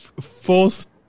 first